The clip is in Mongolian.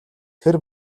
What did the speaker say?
тэр